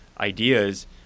ideas